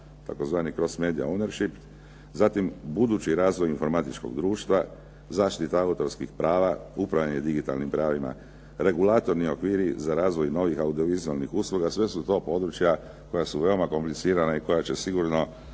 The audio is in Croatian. tzv. Cross media ownership, zatim budući razvoj informatičkog društva, zaštita autorskih prava, upravljanje digitalnim pravima, regulatorni okviri za razvoj novih audiovizualnih usluga, sve su to područja koja su veoma komplicirana i koja će sigurno,